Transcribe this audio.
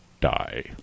die